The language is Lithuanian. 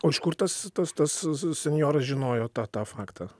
o iš kur tas tas tas s senjoras žinojo tą tą faktą